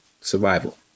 survival